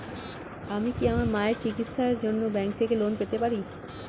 আমি কি আমার মায়ের চিকিত্সায়ের জন্য ব্যঙ্ক থেকে লোন পেতে পারি?